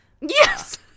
Yes